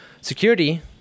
security